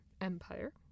Empire